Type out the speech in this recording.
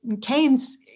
Keynes